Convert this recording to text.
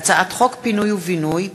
הצעת חוק פינוי ובינוי (פיצויים)